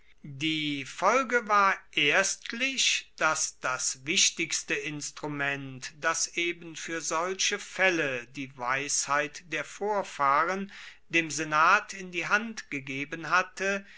die folge war erstlich dass das wichtigste instrument das eben fuer solche faelle die weisheit der vorfahren dem senat in die hand gegeben hatte